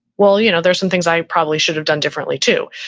well, you know there's some things i probably should have done differently too.